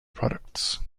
products